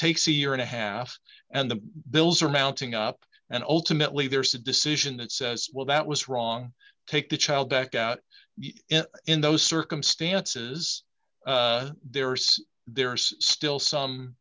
takes a year and a half and the bills are mounting up and ultimately there's a decision that says well that was wrong take the child back out in those circumstances there are so there's still some